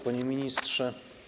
Panie Ministrze!